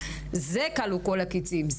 זה כלו כל הקיצים,